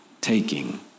taking